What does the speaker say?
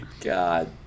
God